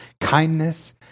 kindness